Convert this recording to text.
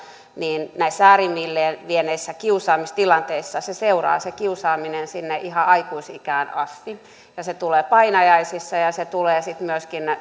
niin näissä äärimmilleen vieneissä kiusaamistilanteissa se kiusaaminen seuraa sinne ihan aikuisikään asti ja se tulee painajaisissa ja ja se tulee sitten myöskin